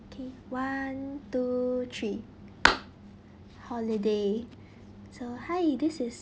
okay one two three holiday so hi this is